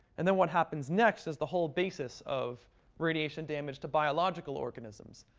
and then what happens next is the whole basis of radiation damage to biological organisms.